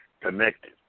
connected